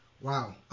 Wow